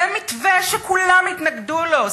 זה מתווה שכולם התנגדו לו.